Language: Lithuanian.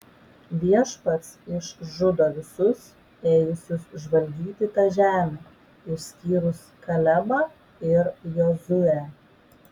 viešpats išžudo visus ėjusius žvalgyti tą žemę išskyrus kalebą ir jozuę